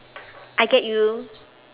I get you